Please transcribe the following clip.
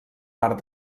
part